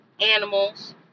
animals